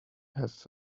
have